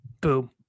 Boom